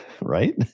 Right